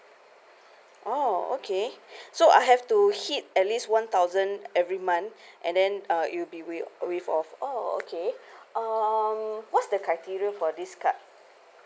oh okay so I have to hit at least one thousand every month and then uh it will be waived waived off orh okay um what's the criteria for this card